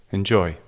Enjoy